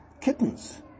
kittens